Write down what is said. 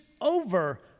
over